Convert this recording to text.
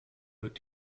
wird